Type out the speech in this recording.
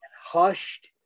hushed